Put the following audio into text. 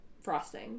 frosting